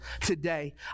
today